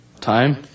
Time